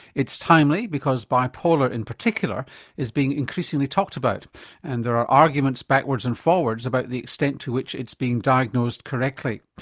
it's timely because bipolar in particular is being increasingly talked about and there are arguments backwards and forwards about the extent to which it's being diagnosed correctly.